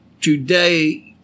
today